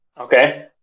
Okay